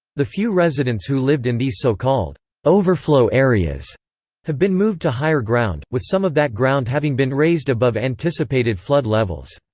the few residents who lived in these so-called overflow areas have been moved to higher ground, with some of that ground having been raised above anticipated flood levels.